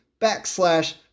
backslash